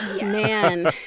Man